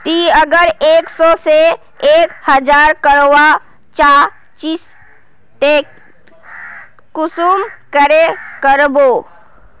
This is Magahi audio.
ती अगर एक सो से एक हजार करवा चाँ चची ते कुंसम करे करबो?